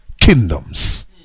kingdoms